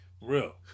Real